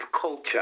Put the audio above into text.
culture